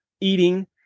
eating